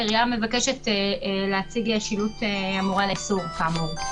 העיריה מבקשת להציג שילוט המורה על האיסור כאמור.